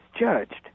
judged